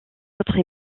autres